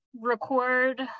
record